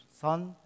Son